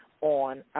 on